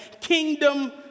kingdom